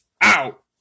out